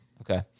Okay